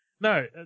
No